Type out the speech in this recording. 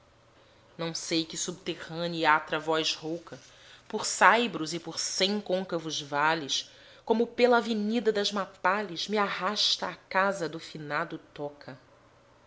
não sei que subterrânea e atra voz rouca por saibros e por cem côncavos vales como pela avenida das mappales me arrasta à casa do finado toca